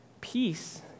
Peace